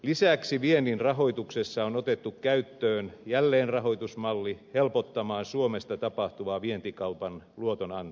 lisäksi viennin rahoituksessa on otettu käyttöön jälleenrahoitusmalli helpottamaan suomesta tapahtuvan vientikaupan luotonantoa